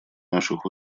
наших